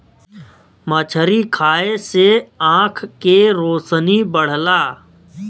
मछरी खाये से आँख के रोशनी बढ़ला